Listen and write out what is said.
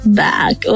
back